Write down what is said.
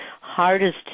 hardest